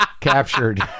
captured